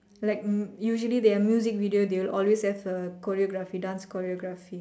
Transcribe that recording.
like usually their music videos they will always have choreography dance choreography